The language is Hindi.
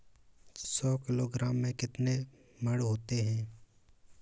सौ किलोग्राम में कितने मण होते हैं?